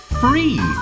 free